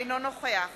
אינו נוכח